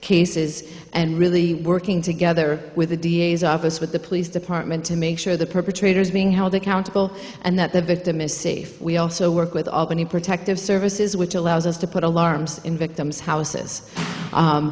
cases and really working together with the d a s office with the police department to make sure the perpetrators being held accountable and that the victim is safe we also work with albany protective services which allows us to put alarms in victim's houses